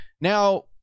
Now